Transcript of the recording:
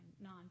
non